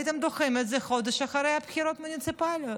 הייתם דוחים את זה לחודש אחרי הבחירות המוניציפליות.